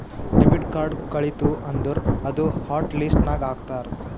debit card ಕಳಿತು ಅಂದುರ್ ಅದೂ ಹಾಟ್ ಲಿಸ್ಟ್ ನಾಗ್ ಹಾಕ್ತಾರ್